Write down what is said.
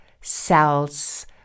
cells